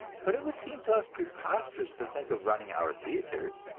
but it would seem to us preposterous to think of running our theatres.